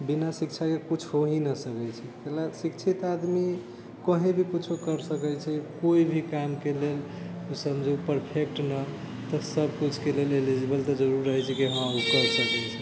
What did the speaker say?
बिना शिक्षाके कुछ हो हि न सकै छै काहेलऽ शिक्षित आदमी कहीं भी कुछौ करि सकै छै कोइ भी कामके लेल समझू परफेक्ट न तऽ सभ कुछके लेल एलिजिबल तऽ जरुर रहै छै कि हँ ओ करि सकै छै